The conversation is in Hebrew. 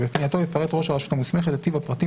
בפנייתו יפרט ראש הרשות המוסמכת את טיב הפרטים